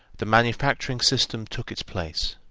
the manufacturing system took its place.